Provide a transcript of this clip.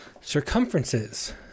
circumferences